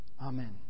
Amen